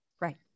Right